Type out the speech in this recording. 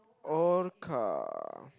orca